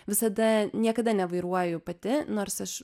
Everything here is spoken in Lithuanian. visada niekada nevairuoju pati nors aš